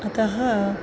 अतः